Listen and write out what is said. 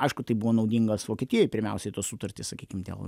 aišku tai buvo naudingas vokietijai pirmiausiai tos sutartys sakykime dėl